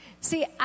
See